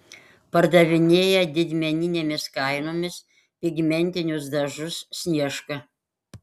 pardavinėja didmeninėmis kainomis pigmentinius dažus sniežka